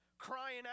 crying